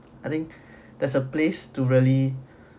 I think there is a place to rally